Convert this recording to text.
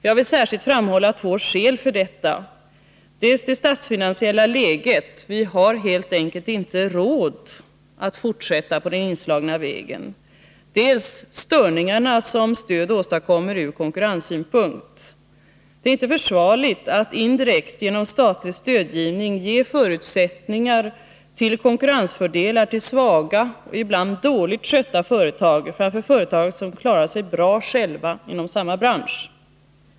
Jag vill särskilt framhålla två skäl för detta: Dels det statsfinansiella läget — vi har helt enkelt inte råd att fortsätta på den inslagna vägen — dels de störningar som stöd åstadkommer ur konkurrenssynpunkt. Det är inte försvarligt att indirekt genom statlig stödgivning ge förutsättningar till konkurrensfördelar åt svaga och ibland dåligt skötta företag framför företag som klarar sig bra själva inom samma bransch.